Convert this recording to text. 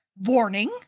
Warning